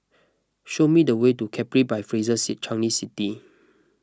show me the way to Capri by Fraser Changi City